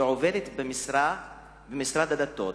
שעובדת במשרה במשרד הדתות.